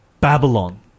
Babylon